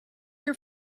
your